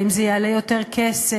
האם זה יעלה יותר כסף?